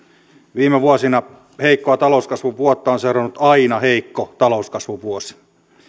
viime vuosina heikkoa talouskasvun vuotta on on seurannut aina heikko talouskasvun vuosi